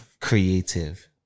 Creative